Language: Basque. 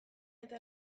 eta